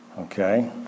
Okay